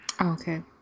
Okay